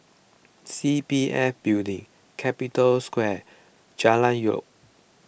C P F Building Capital Square Jalan Elok